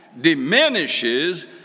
diminishes